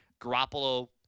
Garoppolo